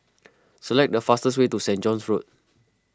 select the fastest way to Saint John's Road